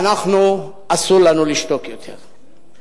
ואנחנו, אסור לנו לשתוק יותר.